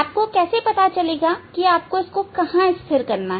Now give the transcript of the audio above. आपको कैसे पता चलेगा कि आपको इसे कहाँ स्थिर करना है